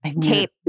tape